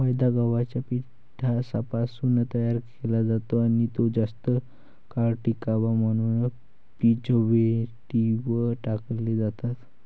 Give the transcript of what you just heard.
मैदा गव्हाच्या पिठापासून तयार केला जातो आणि तो जास्त काळ टिकावा म्हणून प्रिझर्व्हेटिव्ह टाकले जातात